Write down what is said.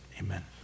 amen